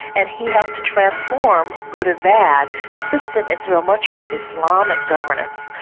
and he helped to transform, good and bad, the system into a much more islamic governance,